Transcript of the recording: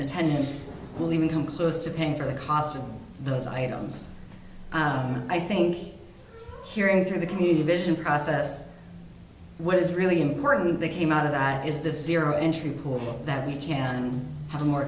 attendance will even come close to paying for the cost of those items i think hearing through the community vision process what is really important they came out of that is this zero entry pool that we can have